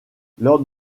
lors